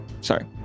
Sorry